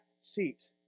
seat